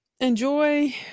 enjoy